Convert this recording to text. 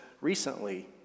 recently